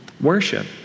worship